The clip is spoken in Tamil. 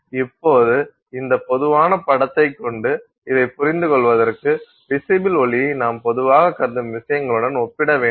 இப்போது இந்த பொதுவான படத்தை கொண்டு இதைப் புரிந்துகொள்வதற்கு விசிபில் ஒளியை நாம் பொதுவாகக் கருதும் விஷயங்களுடன் ஒப்பிட வேண்டும்